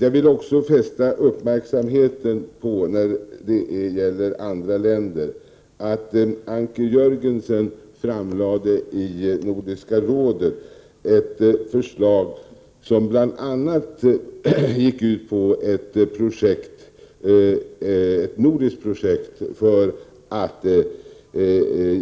Jag vill fästa uppmärksamheten på att Anker Jörgensen i Nordiska rådet framlade ett förslag, som bl.a. gick ut på ett nordiskt projekt för att